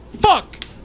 fuck